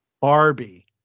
Barbie